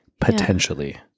potentially